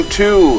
two